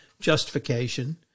justification